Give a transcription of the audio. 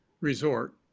resort